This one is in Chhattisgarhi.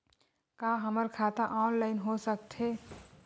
का हमर खाता ऑनलाइन हो सकथे?